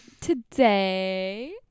Today